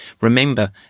Remember